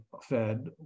Fed